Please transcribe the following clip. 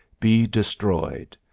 be destroyed.